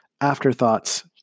afterthoughts